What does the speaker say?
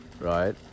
right